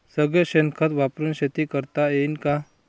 सगळं शेन खत वापरुन शेती करता येईन का?